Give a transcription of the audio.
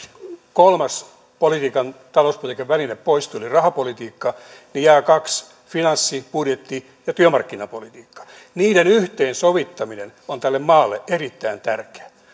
kolmas talouspolitiikan väline poistui joka oli rahapolitiikka niin jää kaksi finanssi ja budjetti sekä työmarkkinapolitiikka niiden yhteensovittaminen on tälle maalle erittäin tärkeää